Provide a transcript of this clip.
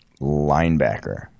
linebacker